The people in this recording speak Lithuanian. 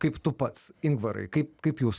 kaip tu pats ingvarai kaip kaip jūs